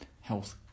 health